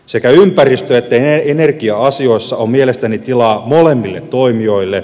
sekä ympäristö että energia asioissa on mielestäni tilaa molemmille toimijoille